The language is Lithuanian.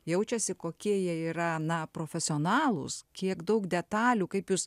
jaučiasi kokie jie yra na profesionalūs kiek daug detalių kaip jūs